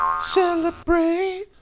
Celebrate